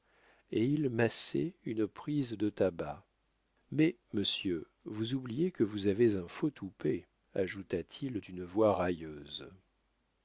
et il massait une prise de tabac mais monsieur vous oubliez que vous avez un faux toupet ajouta-t-il d'une voix railleuse